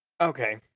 Okay